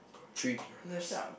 got three piranhas